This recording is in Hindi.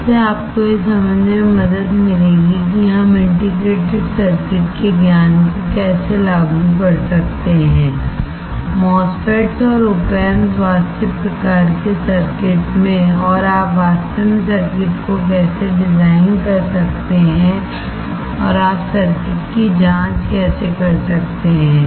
इससे आपको यह समझने में मदद मिलेगी कि हम इंटीग्रेटेड सर्किट के ज्ञान को कैसे लागू कर सकते हैं MOSFETs और op amps को वास्तविक प्रकार के सर्किट में और आप वास्तव में सर्किट को कैसे डिज़ाइन कर सकते हैं और आप सर्किट की जांच कैसे कर सकते हैं